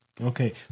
Okay